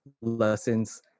lessons